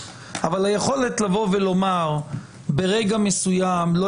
אבל היכולת לבוא ולומר שברגע מסוים לא